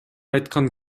айткан